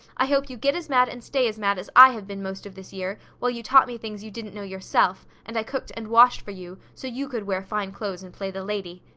i hope you get as mad and stay as mad as i have been most of this year while you taught me things you didn't know yourself and i cooked and washed for you so you could wear fine clothes and play the lady.